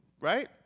right